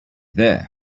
there